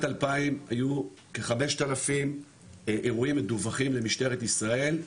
2000 היו כ-5,000 אירועים מדווחים למשטרת ישראל,